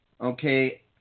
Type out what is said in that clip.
Okay